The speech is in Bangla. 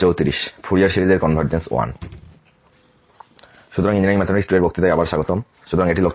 সুতরাং ইঞ্জিনিয়ারিং ম্যাথমেটিক্স 2 এর বক্তৃতায় আবার স্বাগতম